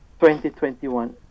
2021